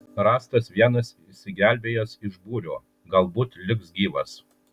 rastas vienas išsigelbėjęs iš būrio galbūt liks gyvas